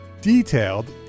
Detailed